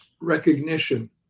recognition